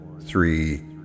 three